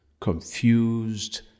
confused